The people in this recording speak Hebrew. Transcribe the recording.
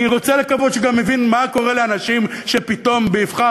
אני רוצה לקוות שהוא גם מבין מה קורה לאנשים שפתאום באבחה